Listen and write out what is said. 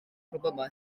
problemau